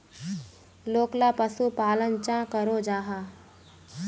लोकला पशुपालन चाँ करो जाहा?